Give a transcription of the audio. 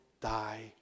die